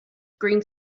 green